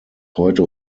heute